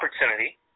opportunity